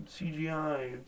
CGI